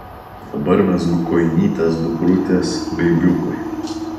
dabar mezgu kojinytes dukrutės beibiukui